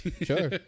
Sure